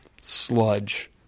sludge